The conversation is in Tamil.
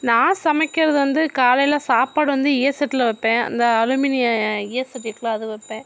நான் சமைக்கிறது வந்து காலையில் சாப்பாடு வந்து ஏசெட்டில் வைப்பேன் அந்த அலுமினிய ஏசெட்டு இருக்குல அதில் வைப்பேன்